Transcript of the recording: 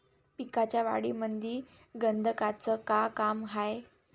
पिकाच्या वाढीमंदी गंधकाचं का काम हाये?